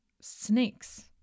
snakes